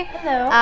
Hello